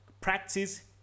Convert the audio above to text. practice